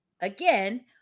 again